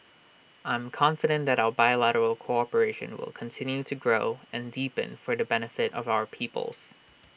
I am confident that our bilateral cooperation will continue to grow and deepen for the benefit of our peoples